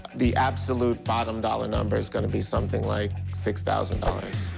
the absolute bottom dollar number is going to be something, like, six thousand dollars